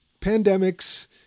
pandemics